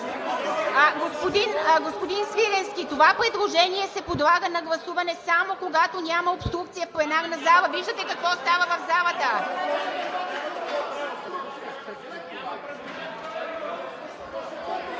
Господин Свиленски, това предложение се подлага на гласуване само когато няма обструкция в пленарната зала. (Реплики от народния